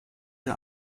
der